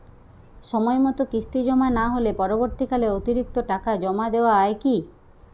সময় মতো কিস্তি জমা না হলে পরবর্তীকালে অতিরিক্ত টাকা জমা দেওয়া য়ায় কি?